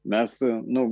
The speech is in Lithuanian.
mes nu